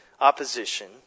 opposition